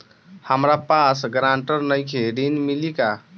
हमरा पास ग्रांटर नईखे ऋण मिली का?